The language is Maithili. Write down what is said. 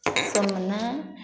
सोमना